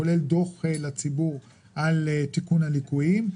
כולל דוח לציבור על תיקון ליקויים.